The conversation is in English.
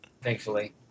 thankfully